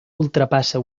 ultrapassa